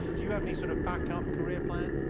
you have any sort of backup career plan?